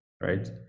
right